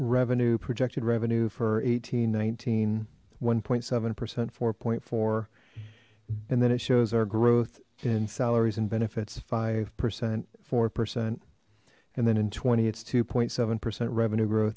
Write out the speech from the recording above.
revenue projected revenue for eighteen nineteen one seven percent for point four and then it shows our growth in salaries and benefits five percent four percent and then in twenty it's two seven percent revenue grow